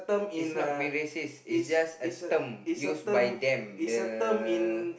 it's not being racist it's just a term used by them the